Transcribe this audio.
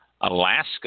Alaska